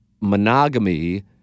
monogamy